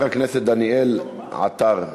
חבר הכנסת דניאל עטר.